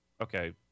Okay